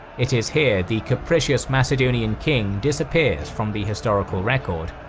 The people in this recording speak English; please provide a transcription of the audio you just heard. it is here the capricious macedonian king disappears from the historical record,